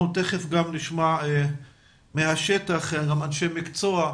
אנחנו תיכף נשמע מהשטח גם אנשי מקצוע.